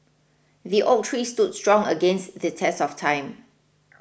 the oak tree stood strong against the test of time